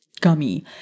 gummy